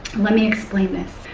let me explain this.